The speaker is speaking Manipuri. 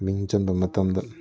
ꯃꯤꯡ ꯆꯟꯕ ꯃꯇꯝꯗ